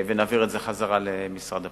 ונעביר את זה חזרה למשרד הפנים.